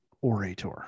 orator